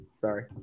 Sorry